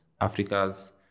Africa's